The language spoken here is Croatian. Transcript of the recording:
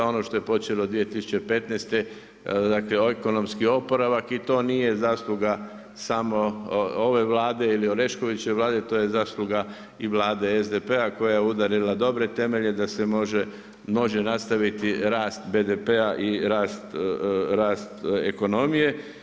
Ono što je počelo 2015. dakle ekonomski oporavak i to nije zasluga samo ove Vlade ili Oreškovićeve Vlade, to je zasluga i Vlade SDP-a koja je udarila dobre temelje da se može nastaviti rast BDP-a i rast ekonomije.